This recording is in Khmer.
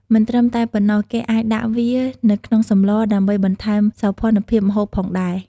មិនត្រឹមតែប៉ុណ្ណោះគេអាចដាក់វានៅក្នុងសម្លដើម្បីបន្ថែមសោភ័ណភាពម្ហូបផងដែរ។